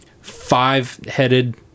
five-headed